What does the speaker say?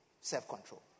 self-control